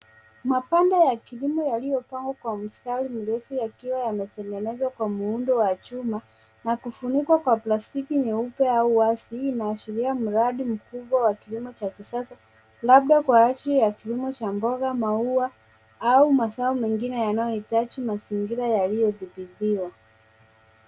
Mabomba ya kilimo yaliyopangwa kwa mistari mirefu yakiwa yametengenezwa kwa muundo wa chuma na kufunikwa kwa plastiki nyeupe. Hii inaashiria mradi mkubwa wa kilimo labda kwa ajili ya kilimo cha mboga, maua au mazao mengine yanayohitaji mazingira yanayodhibitiwa.